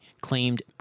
claimed